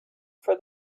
for